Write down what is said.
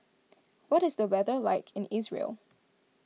what is the weather like in Israel